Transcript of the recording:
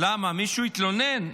למה, מישהו התלונן?